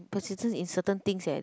persistent in certain thing eh